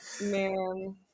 Man